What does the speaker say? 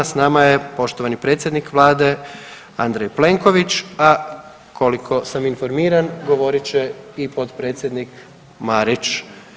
S nama je poštovani predsjednik vlade Andrej Plenković, a koliko sam informiran govorit će i potpredsjednik Marić.